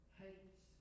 hates